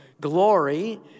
glory